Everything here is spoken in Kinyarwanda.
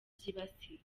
byibasiye